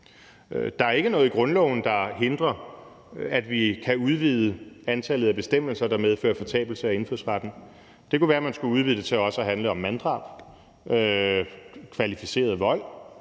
Der er ikke noget i grundloven, der hindrer, at vi kan udvide antallet af bestemmelser, der medfører fortabelse af indfødsretten. Det kunne være, at man skulle udvide det til også at handle om manddrab, kvalificeret vold